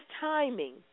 timing